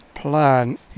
plan